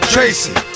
Tracy